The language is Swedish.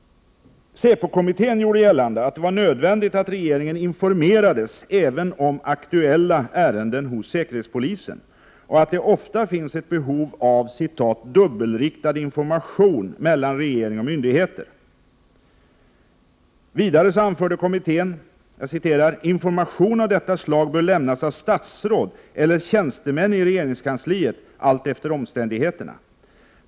Säpokommittén gjorde gällande att det är nödvändigt att regeringen informeras även om aktuella ärenden hos säkerhetspolisen och att det ofta finns ett behov av ”dubbelriktad information mellan regering och myndigheter”. Vidare anförde kommittén: ”Information av detta slag bör lämnas av statsråd eller tjänstemän i regeringskansliet allt efter omständigheterna.